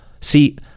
See